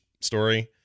story